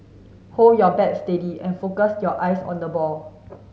hold your bat steady and focus your eyes on the ball